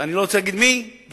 ואני לא רוצה להגיד את שמו,